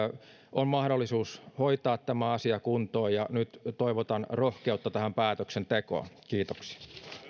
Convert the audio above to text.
on mahdollisuus hoitaa tämä asia kuntoon ja nyt toivotan rohkeutta tähän päätöksentekoon kiitoksia